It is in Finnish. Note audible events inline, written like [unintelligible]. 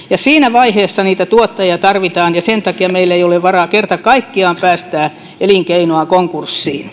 [unintelligible] ja siinä vaiheessa niitä tuottajia tarvitaan sen takia meillä ei ole kerta kaikkiaan varaa päästää elinkeinoa konkurssiin [unintelligible]